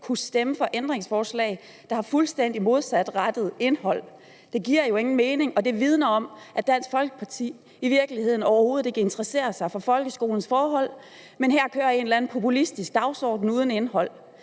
kunne stemme for ændringsforslag, der har fuldstændig modsatrettet indhold? Det giver jo ingen mening, og det vidner om, at Dansk Folkeparti i virkeligheden overhovedet ikke interesserer sig for Folkeskolens forhold, men her kører en eller anden populistisk dagsorden uden indhold.